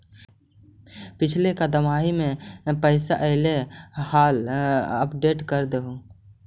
पिछला का महिना दमाहि में पैसा ऐले हाल अपडेट कर देहुन?